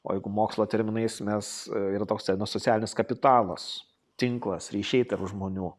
o jeigu mokslo terminais mes yra toks terminas socialinis kapitalas tinklas ryšiai tarp žmonių